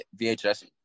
VHS